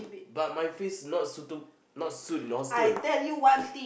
but my face not suitable not suit in the hostel